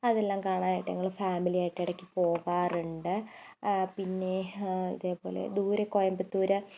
അതെല്ലാം കാണാനായിട്ട് ഞങ്ങൾ ഫാമിലിയായിട്ട് ഇടക്ക് പോകാറുണ്ട് പിന്നെ ഇതേപോലെ ദൂരെ കോയമ്പത്തൂർ